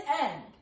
end